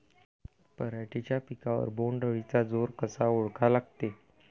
पराटीच्या पिकावर बोण्ड अळीचा जोर कसा ओळखा लागते?